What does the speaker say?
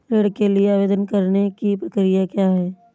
ऋण के लिए आवेदन करने की प्रक्रिया क्या है?